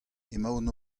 emaon